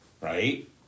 Right